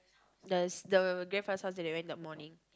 the the grandfather's house that they went that morning